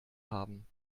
haben